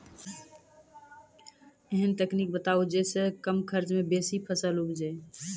ऐहन तकनीक बताऊ जै सऽ कम खर्च मे बेसी फसल उपजे?